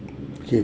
okay